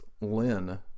lynn